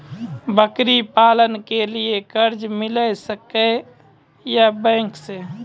बकरी पालन के लिए कर्ज मिल सके या बैंक से?